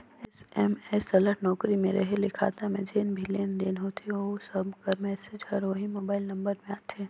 SMS alert नउकरी में रहें ले खाता में जेन भी लेन देन होथे ओ सब कर मैसेज हर ओही मोबाइल नंबर में आथे